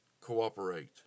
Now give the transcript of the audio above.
cooperate